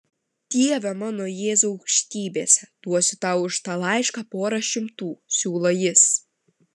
dieve mano jėzau aukštybėse duosiu tau už tą laišką porą šimtų siūlo jis